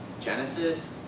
Genesis